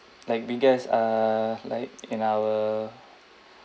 like biggest uh like in our